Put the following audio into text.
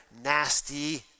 nasty